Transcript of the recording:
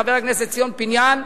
חבר הכנסת ציון פיניאן,